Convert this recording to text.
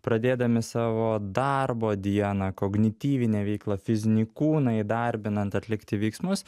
pradėdami savo darbo dieną kognityvinę veiklą fizinį kūną įdarbinant atlikti veiksmus